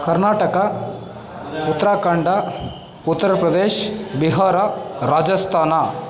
Karnataka Uttarakhand Uttar Pradesh Bihar Rajasthan